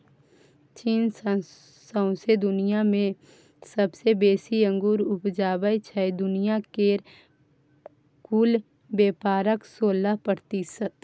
चीन सौंसे दुनियाँ मे सबसँ बेसी अंगुर उपजाबै छै दुनिया केर कुल बेपारक सोलह प्रतिशत